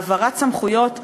העברת הסמכויות הנמהרת,